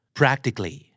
practically